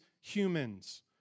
humans